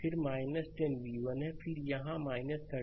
फिर 10 v1 फिर यहाँ है 30 0